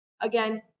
Again